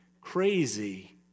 Crazy